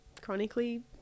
chronically